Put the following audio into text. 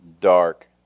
dark